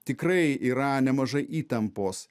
tikrai yra nemažai įtampos